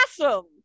awesome